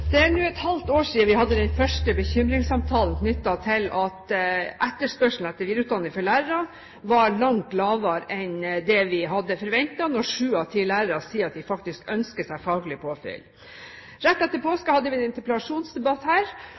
Det er nå et halvt år siden vi hadde den første bekymringssamtalen knyttet til at etterspørselen etter videreutdanning for lærere var langt lavere enn det vi hadde forventet når sju av ti lærere sier at de faktisk ønsker seg faglig påfyll. Rett etter påske hadde vi en interpellasjonsdebatt her,